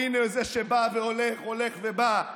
והינה זה שבא והולך, הולך ובא,